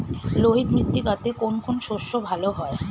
লোহিত মৃত্তিকাতে কোন কোন শস্য ভালো হয়?